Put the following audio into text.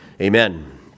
Amen